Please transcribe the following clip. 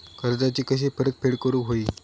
कर्जाची कशी परतफेड करूक हवी?